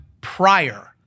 prior